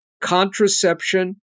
contraception